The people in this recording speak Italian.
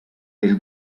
del